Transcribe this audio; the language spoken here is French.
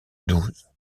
douze